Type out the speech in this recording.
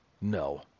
No